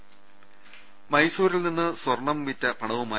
് മൈസൂരിൽ നിന്ന് സ്വർണം വിറ്റ പണവുമായി